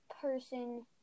person